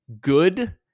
good